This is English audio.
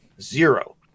zero